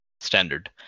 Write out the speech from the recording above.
standard